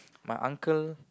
my uncle